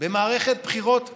במערכת בחירות מיותרת,